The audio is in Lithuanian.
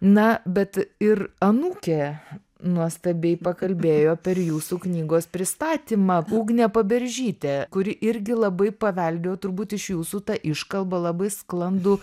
na bet ir anūkė nuostabiai pakalbėjo per jūsų knygos pristatymą ugnė paberžytė kuri irgi labai paveldėjo turbūt iš jūsų tą iškalbą labai sklandų